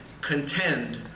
contend